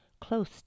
close